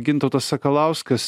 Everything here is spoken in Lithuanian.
gintautas sakalauskas